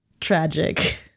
tragic